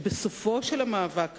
בסופו של המאבק הזה,